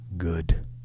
Good